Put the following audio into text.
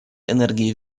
энергии